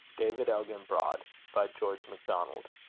david elginbrod by george macdonald